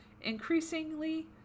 increasingly